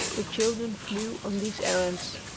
the children flew on these errands.